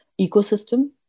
ecosystem